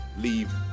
leave